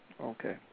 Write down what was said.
Okay